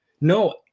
no